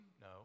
No